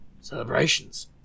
celebrations